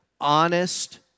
honest